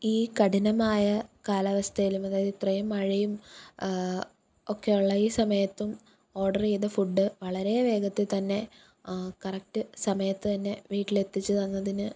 ഈ കഠിനമായ കാലാവസ്ഥയിലും അതായത് ഇത്രയും മഴയും ഒക്കെയുള്ള ഈ സമയത്തും ഓഡർ ചെയ്ത ഫുഡ് വളരെ വേഗത്തിൽ തന്നെ കറക്റ്റ് സമയത്തു തന്നെ വീട്ടിലെത്തിച്ചു തന്നതിന്